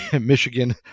Michigan